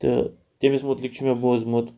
تہٕ تٔمِس مُتعلِق چھُ مےٚ بوٗزمُت